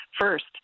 first